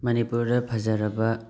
ꯃꯅꯤꯄꯨꯔꯗ ꯐꯖꯔꯕ